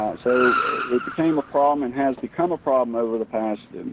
so it became a problem and has become a problem over the past,